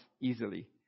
easily